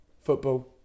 Football